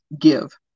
give